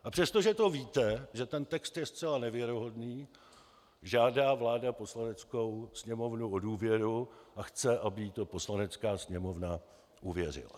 A přestože to víte, že ten text je zcela nevěrohodný, žádá vláda Poslaneckou sněmovnu o důvěru a chce, aby jí to Poslanecká sněmovna uvěřila.